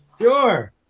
Sure